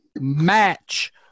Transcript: match